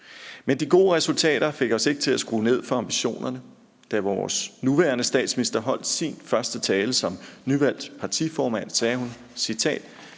Men de gode resultater fik os ikke til at skrue ned for ambitionerne. Da vores nuværende statsminister holdt sin første tale som nyvalgt partiformand, sagde hun: »Vi